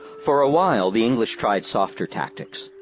for a while, the english tried softer tactics.